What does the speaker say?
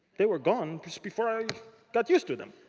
they were gone before i got used to them.